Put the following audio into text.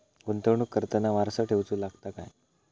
गुंतवणूक करताना वारसा ठेवचो लागता काय?